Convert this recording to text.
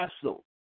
Castle